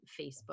facebook